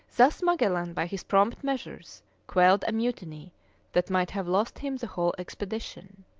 thus magellan by his prompt measures quelled a mutiny that might have lost him the whole expedition.